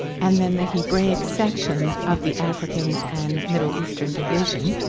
and then the hebraic section of the african and middle eastern division,